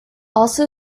also